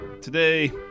today